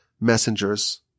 messengers